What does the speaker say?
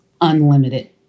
unlimited